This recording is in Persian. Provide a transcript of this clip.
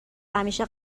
همیشه